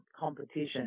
competition